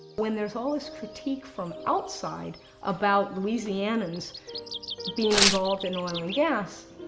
when there's all this critique from outside about louisianans being involved in oil and gas,